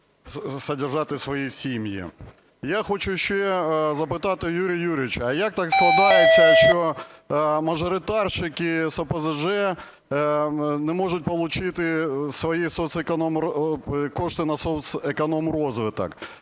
Я хочу ще запитати Юрія Юрійовича. А як так складається, що мажоритарники з ОПЗЖ не можуть получити свої кошти на соцекономрозвиток?